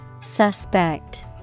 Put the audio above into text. Suspect